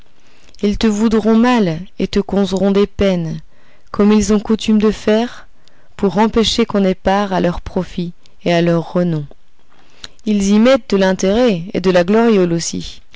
ils te voudront mal et te causeront des peines comme ils ont coutume de faire pour empêcher qu'on n'ait part à leurs profits et à leur renom ils y mettent de l'intérêt et de la gloriole aussi